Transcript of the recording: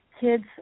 kids